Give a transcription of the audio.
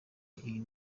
iyi